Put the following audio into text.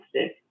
stick